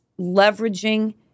leveraging